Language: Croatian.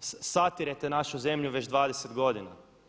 satirete našu zemlju već 20 godina.